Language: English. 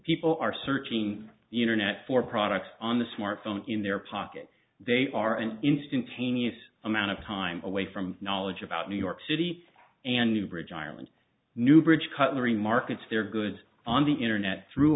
people are searching the internet for products on the smartphone in their pocket they are an instantaneous amount of time away from knowledge about new york city and new bridge ireland new bridge cutlery markets their goods on the internet through